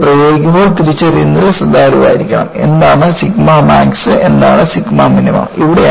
ഞാൻ ഇത് പ്രയോഗിക്കുമ്പോൾ തിരിച്ചറിയുന്നതിൽ ശ്രദ്ധാലുവായിരിക്കണം എന്താണ് സിഗ്മ മാക്സ് എന്താണ് സിഗ്മ മിനിമം